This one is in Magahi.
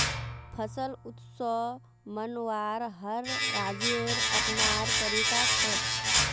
फसल उत्सव मनव्वार हर राज्येर अपनार तरीका छेक